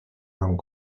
hong